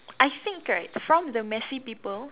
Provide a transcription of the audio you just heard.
I think right from the messy people